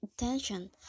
attention